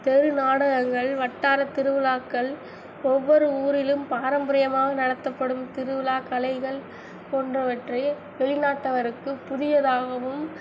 தெரு நாடகங்கள் வட்டார திருவிழாக்கள் ஒவ்வொரு ஊரிலும் பாரம்பரியமாக நடத்தப்படும் திருவிழா கலைகள் போன்றவற்றை வெளி நாட்டவருக்கு புதியதாகவும்